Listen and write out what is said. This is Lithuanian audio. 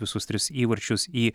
visus tris įvarčius į